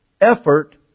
effort